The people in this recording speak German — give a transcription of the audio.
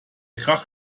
krach